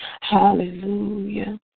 hallelujah